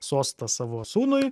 sostą savo sūnui